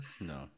No